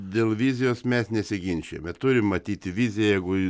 dėl vizijos mes nesiginčijame turi matyti viziją jeigu ji